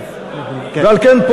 על כן,